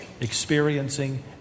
experiencing